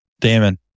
Damon